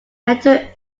mental